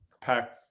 pack